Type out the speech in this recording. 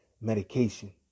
medication